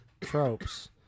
tropes